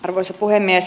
arvoisa puhemies